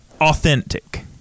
Authentic